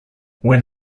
when